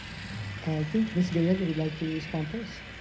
think ms. gallego would like to respond first.